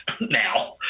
now